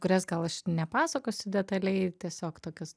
kurias gal aš nepasakosiu detaliai tiesiog tokios